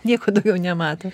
nieko daugiau nemato